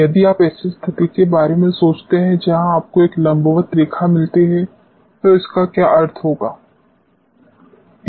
यदि आप ऐसी स्थिति के बारे में सोचते हैं जहां आपको एक लम्बवत रेखा मिलती है तो इसका क्या अर्थ होगा